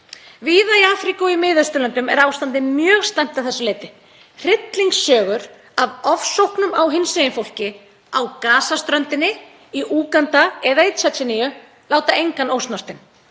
Víða í Afríku og í Miðausturlöndum er ástandið mjög slæmt að þessu leyti. Hryllingssögur af ofsóknum gegn hinsegin fólki á Gaza-ströndinni, í Úganda eða í Tsjetsjeníu láta engan ósnortinn.